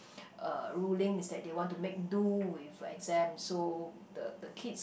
uh ruling is that they want to make do with exam so the the kids